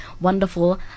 wonderful